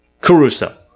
Caruso